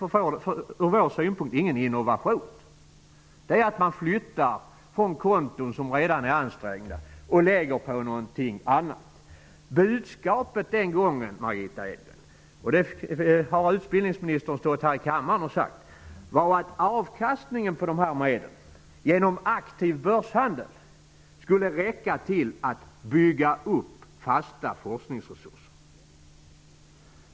Från vår synpunkt är det ingen innovation. Det är att flytta pengar från konton som redan är ansträngda och att lägga dem på någonting annat. Budskapet den gången, Margitta Edgren -- det har utbildningsministern sagt här i kammaren -- var att avkastningen på medlen, genom aktiv börshandel, skulle räcka för att bygga upp fasta forskningsresurser.